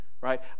right